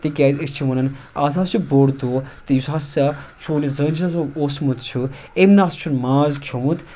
تِکیازِ أسۍ چھِ وَنان اَز حظ چھُ بوٚڈ دۄہ تہٕ یُس ہَسا سون یُس زٲن شاہ صٲب اوسمُت چھُ تٔمۍ نہ سَا چھُنہٕ ماز کھیوٚمُت